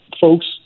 folks